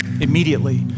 immediately